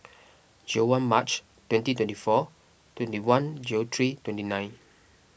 zero one March twenty twenty four twenty one zero three twenty nine